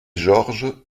georges